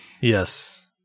Yes